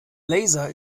laser